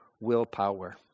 willpower